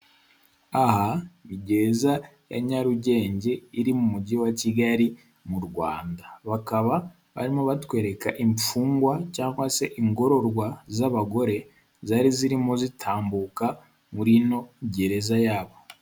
Aha ni gereza ya Nyarugenge iri mu mujyi wa Kigali mu Rwanda, bakaba barimo batwereka imfungwa cyangwa se ingorwa z'abagore zari zirimo zitambuka muri ino gereza yabo.